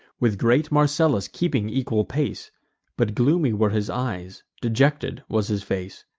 with great marcellus keeping equal pace but gloomy were his eyes, dejected was his face.